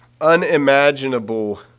unimaginable